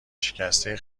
شکسته